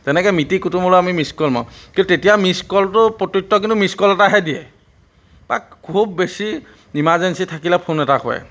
তেনেকৈ মিতিৰ কুটুমলৈ আমি মিছ কল মাৰোঁ কিন্তু তেতিয়া মিছ কলটোৰ প্ৰত্যুত্তৰ কিন্তু মিছ কল এটাহে দিয়ে বা খুব বেছি ইমাৰজেঞ্চি থাকিলে ফোন এটা কৰে